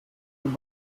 vom